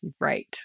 Right